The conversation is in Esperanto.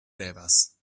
revas